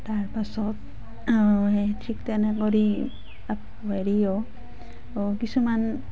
তাৰপাছত ঠিক তেনেকৈ হেৰিও কিছুমান